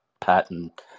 patent